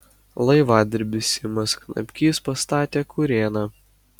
laivadirbys simas knapkys pastatė kurėną